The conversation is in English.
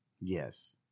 yes